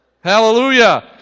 Hallelujah